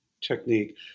technique